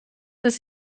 ist